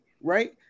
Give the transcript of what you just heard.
right